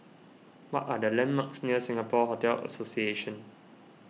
what are the landmarks near Singapore Hotel Association